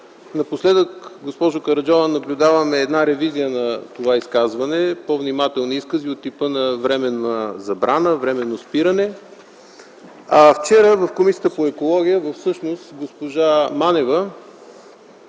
Напоследък, госпожо Караджова, наблюдаваме една ревизия на това изказване, по-внимателни изкази от типа на „временна забрана”, „временно спиране”. Вчера в Комисията по околната среда и водите госпожа Манева